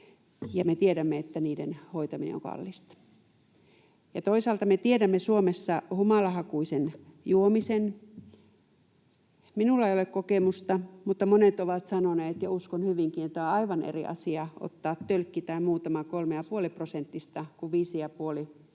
me tiedämme, että niiden hoitaminen on kallista. Toisaalta me tiedämme Suomessa humalahakuisen juomisen. Minulla ei ole kokemusta, mutta monet ovat sanoneet — ja uskon hyvinkin — että on aivan eri asia ottaa tölkki tai muutama 3,5-prosenttista kuin 5,5- tai 8-prosenttista